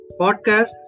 podcast